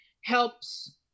helps